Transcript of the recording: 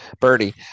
Birdie